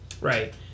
Right